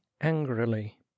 angrily